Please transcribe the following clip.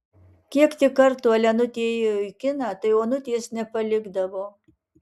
kiek tik kartų elenutė ėjo į kiną tai onutės nepalikdavo